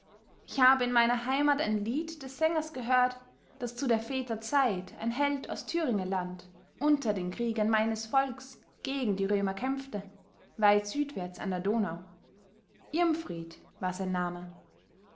ich habe in meiner heimat ein lied des sängers gehört daß zu der väter zeit ein held aus thüringeland unter den kriegern meines volks gegen die römer kämpfte weit südwärts an der donau irmfried war sein name